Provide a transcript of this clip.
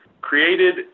created